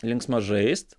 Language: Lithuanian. linksma žaist